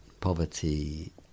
poverty